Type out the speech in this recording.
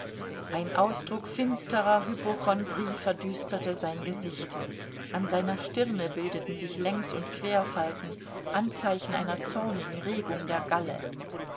ein ausdruck finsterer hypochondrie verdüsterte sein gesicht an seiner stirne bildeten sich längs und querfalten anzeichen einer zornigen regung der galle